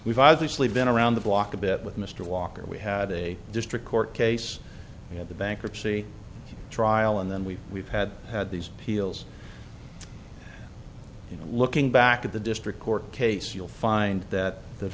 we've obviously been around the block a bit with mr walker we had a district court case we had the bankruptcy trial and then we've we've had had these peals you know looking back at the district court case you'll find that the